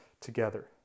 together